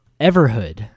Everhood